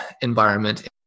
environment